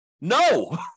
No